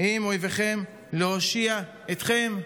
עם איביכם להושיע אתכם',